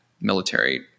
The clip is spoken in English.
military